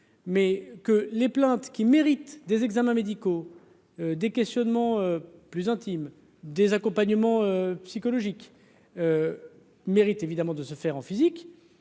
mais que les plaintes qui méritent des examens médicaux des questionnements plus intime des accompagnement psychologique méritent évidemment de se faire en physique.